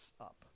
up